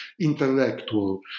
intellectual